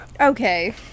Okay